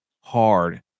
hard